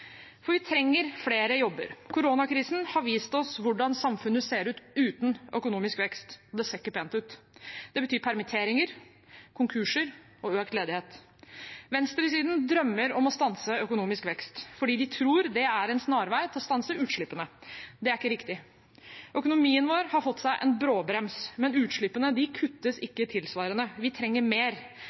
For vi trenger flere jobber. Koronakrisen har vist oss hvordan samfunnet ser ut uten økonomisk vekst. Det ser ikke pent ut. Det betyr permitteringer, konkurser og økt ledighet. Venstresiden drømmer om å stanse økonomisk vekst fordi de tror det er en snarvei til å stanse utslippene. Det er ikke riktig. Økonomien vår har fått seg en bråbrems, men utslippene kuttes ikke tilsvarende. Vi trenger mer.